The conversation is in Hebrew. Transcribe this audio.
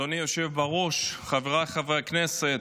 אדוני היושב בראש, חבריי חברי הכנסת,